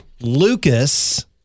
Lucas